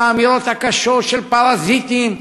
את האמירות הקשות על "פרזיטים",